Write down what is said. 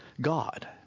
God